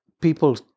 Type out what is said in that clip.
people